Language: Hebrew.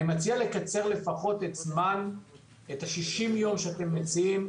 אני מציע לקצר לפחות את ה-60 ימים שאתם מציעים,